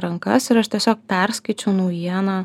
rankas ir aš tiesiog perskaičiau naujieną